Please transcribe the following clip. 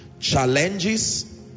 challenges